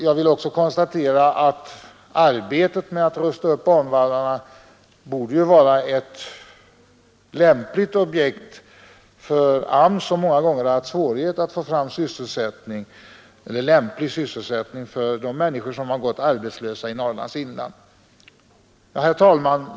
Jag konstaterar också att arbetet med att rusta upp banvallarna borde vara ett lämpligt objekt för AMS, som många gånger har haft svårigheter med att få fram lämplig sysselsättning för de arbetslösa i Norrlands inland. Herr talman!